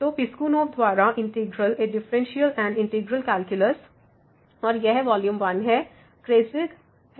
तो पिस्कुनोव द्वारा integral a differential and integral calculus और यह वॉल्यूम 1 है क्रेज़िग